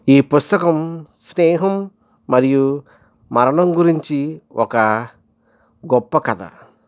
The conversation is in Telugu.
ఈ పుస్తకం స్నేహం మరియు మరణం గురించి ఒక గొప్ప కథ